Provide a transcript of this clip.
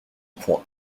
point